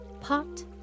pot